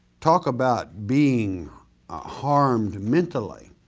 talk about being harmed mentally.